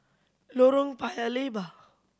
Lorong Paya Lebar